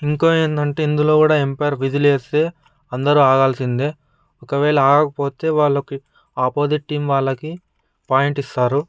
ఇంకా ఏందంటే ఇందులో కూడా ఎంపైర్ విజిల్ వేస్తే అందరూ ఆగాల్సిందే ఒకవేళ ఆగకపోతే వాళ్లకి ఆపోజిట్ టీం వాళ్లకి పాయింట్ ఇస్తారు